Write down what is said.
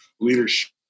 leadership